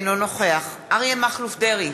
אינו נוכח אריה מכלוף דרעי,